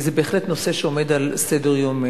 זה בהחלט נושא שעומד על סדר-יומנו.